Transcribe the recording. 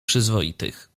przyzwoitych